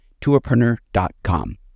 tourpreneur.com